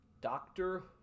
Doctor